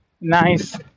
nice